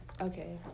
Okay